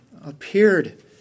appeared